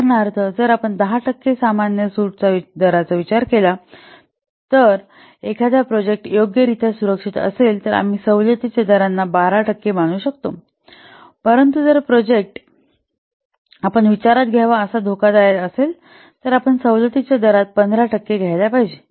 उदाहरणार्थ जर आपण 10 टक्के सामान्य सूट दराचा विचार करत असाल जर एखादा प्रोजेक्ट योग्यरित्या सुरक्षित असेल तर आम्ही सवलतीच्या दरांना 12 टक्के मानू शकतो परंतु जर प्रोजेक्ट आपण विचारात घ्यावा असा धोकादायक असेल तर आपण सवलतीच्या दरात 15 टक्के घ्यायाला पाहिजे